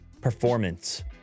performance